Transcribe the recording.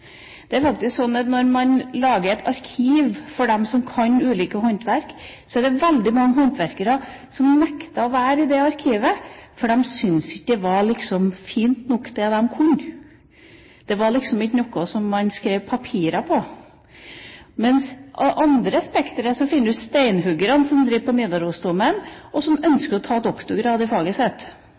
Det er faktisk sånn at når man lager et arkiv for dem som kan ulike håndverk, er det veldig mange håndverkere som nekter å være i det arkivet, for de syns ikke at det de kan, er fint nok. Det var liksom ikke noe man satte ned på papiret. Men i den andre enden av spekteret finner du steinhoggere som driver på i Nidarosdomen, og som ønsker å ta doktorgrad i